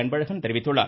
அன்பழகன் தெரிவித்துள்ளார்